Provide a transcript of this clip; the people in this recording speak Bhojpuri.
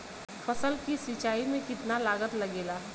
फसल की सिंचाई में कितना लागत लागेला?